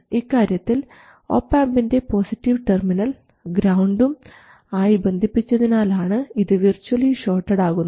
ഇക്കാര്യത്തിൽ ഒപാംപിൻറെ positive terminal ഗ്രൌണ്ടും ആയി ബന്ധിപ്പിച്ചതിനാലാണ് ഇത് വിർച്ച്വലി ഷോർട്ടഡ് ആകുന്നത്